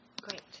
Great